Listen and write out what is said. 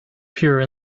pure